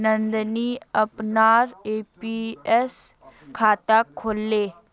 नंदनी अपनार एन.पी.एस खाता खोलले